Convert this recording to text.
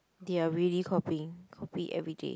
they are really copying copy everyday